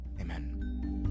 Amen